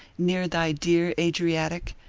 near thy dear adriatic,